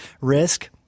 risk